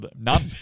None